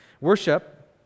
Worship